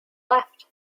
left